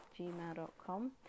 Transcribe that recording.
gmail.com